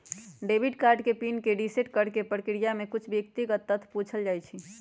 debit card के PIN के reset करेके प्रक्रिया में कुछ व्यक्तिगत तथ्य पूछल जाइ छइ